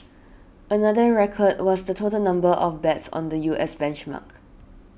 another record was the total number of bets on the U S benchmark